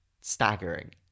staggering